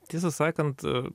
tiesą sakant